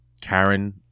Karen